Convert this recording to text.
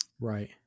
right